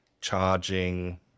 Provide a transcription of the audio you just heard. charging